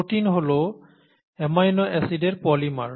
protein হল amino অ্যাসিডের polymer